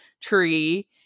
tree